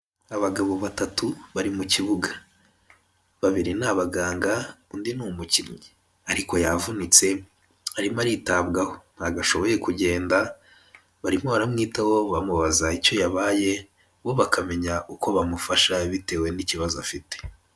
Abagabo batatu bari mu kibuga babiri ni abaganga undi ni umukinnyi, ariko yavunitse arimo aritabwaho ntabwo ashoboye kugenda barimo baramwitaho bamubaza icyo yabaye bo bakamenya uko bamufasha bitewe n'ikibazo afite.